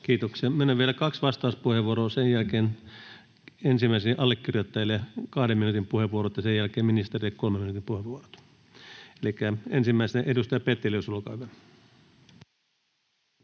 Kiitoksia. — Myönnän vielä kaksi vastauspuheenvuoroa. Sen jälkeen ensimmäisille allekirjoittajille 2 minuutin puheenvuorot ja sen jälkeen ministereille 3 minuutin puheenvuorot. — Elikkä ensimmäisenä edustaja Petelius, olkaa hyvä.